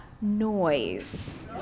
noise